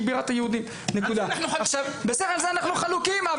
על זה אנחנו חלוקים.